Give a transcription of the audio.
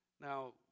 now